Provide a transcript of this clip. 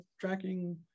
tracking